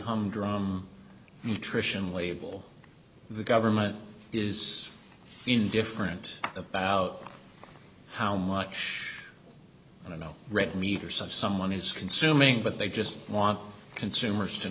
humdrum nutrition label the government is indifferent about how much you know red meat or some someone is consuming but they just want consumers to